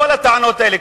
כל הטענות האלה,